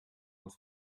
els